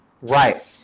right